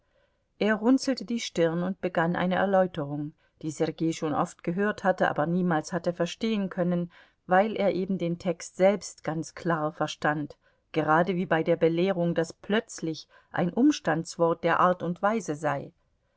er runzelte die stirn und begann eine erläuterung die sergei schon oft gehört hatte aber niemals hatte verstehen können weil er eben den text selbst ganz klar verstand gerade wie bei der belehrung daß plötzlich ein umstandswort der art und weise sei